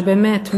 שבאמת,